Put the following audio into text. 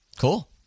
Cool